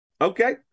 Okay